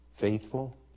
faithful